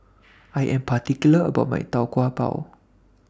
I Am particular about My Tau Kwa Pau